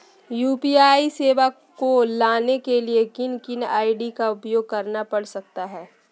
UPI सेवाएं को लाने के लिए किन किन आई.डी का उपयोग करना पड़ सकता है?